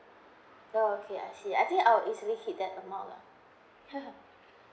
oh okay I see I think I will easily hit that amount lah